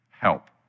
help